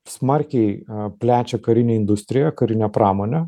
smarkiai plečia karinę industriją karinę pramonę